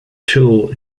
tool